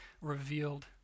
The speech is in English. revealed